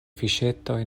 fiŝetoj